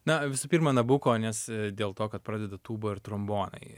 na visų pirma nabuko nes dėl to kad pradeda tūba ir trombonai